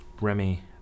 Remy